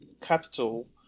capital